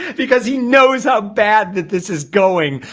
because he knows how bad that this is going,